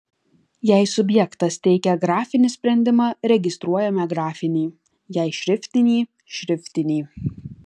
jei subjektas teikia grafinį sprendimą registruojame grafinį jei šriftinį šriftinį